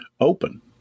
open